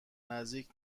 نزدیک